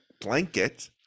blanket